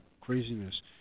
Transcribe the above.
craziness